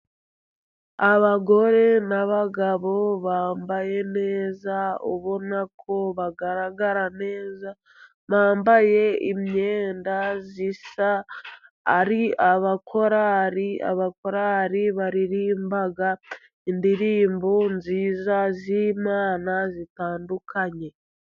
Abagore n'abagabo bambaye neza ubonako bagaragara neza, bambaye imyenda isa ari abakorali. Abakorali baririmba indirimbo nziza z'Imana zitandukanye.